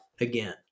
again